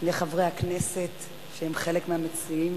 שני חברי הכנסת שהם מהמציעים,